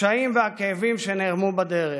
את הקשיים והכאבים שנערמו בדרך.